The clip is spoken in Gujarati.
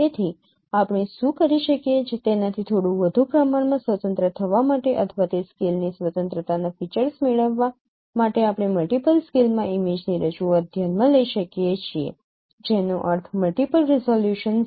તેથી આપણે શું કરી શકીએ તેનાથી થોડું વધુ પ્રમાણમાં સ્વતંત્ર થવા માટે અથવા તે સ્કેલની સ્વતંત્રતાના ફીચર્સ મેળવવા માટે આપણે મલ્ટિપલ સ્કેલમાં ઇમેજની રજૂઆત ધ્યાનમાં લઈ શકીએ છીએ જેનો અર્થ મલ્ટિપલ રિઝોલ્યુશન્સ છે